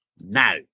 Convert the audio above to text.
now